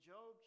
Job